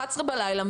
23:00 בלילה,